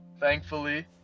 Thankfully